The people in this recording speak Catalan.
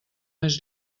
més